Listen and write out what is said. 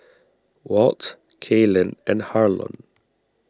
Walt Kaylan and Harlon